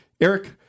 Eric